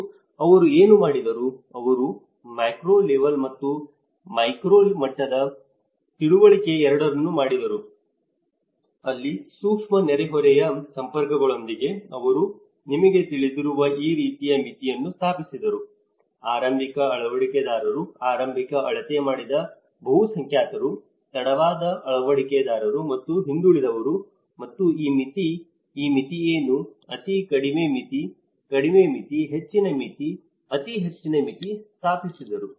ಮತ್ತು ಅವರು ಏನು ಮಾಡಿದರು ಅವರು ಮೈಕ್ರೋ ಲೆವೆಲ್ ಮತ್ತು ಮ್ಯಾಕ್ರೋ ಮಟ್ಟದ ತಿಳುವಳಿಕೆ ಎರಡನ್ನೂ ಮಾಡಿದರು ಅಲ್ಲಿ ಸೂಕ್ಷ್ಮ ನೆರೆಹೊರೆಯ ಸಂಪರ್ಕಗಳೊಂದಿಗೆ ಅವರು ನಿಮಗೆ ತಿಳಿದಿರುವ ಈ ರೀತಿಯ ಮಿತಿಯನ್ನು ಸ್ಥಾಪಿಸಿದರು ಆರಂಭಿಕ ಅಳವಡಿಕೆದಾರರು ಆರಂಭಿಕ ಅಳತೆ ಮಾಡಿದ ಬಹುಸಂಖ್ಯಾತರು ತಡವಾದ ಅಳವಡಿಕೆದಾರರು ಮತ್ತು ಹಿಂದುಳಿದವರು ಮತ್ತು ಈ ಮಿತಿ ಈ ಮಿತಿ ಏನು ಅತಿ ಕಡಿಮೆ ಮಿತಿ ಕಡಿಮೆ ಮಿತಿ ಹೆಚ್ಚಿನ ಮಿತಿ ಅತಿ ಹೆಚ್ಚಿನ ಮಿತಿ ಸ್ಥಾಪಿಸಿದರು